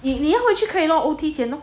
你你也会去可以弄 O_T 钱咯